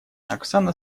оксана